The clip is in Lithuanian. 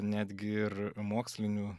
netgi ir mokslinių